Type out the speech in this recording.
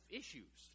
issues